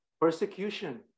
persecution